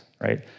right